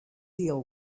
deal